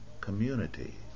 community